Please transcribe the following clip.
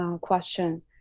question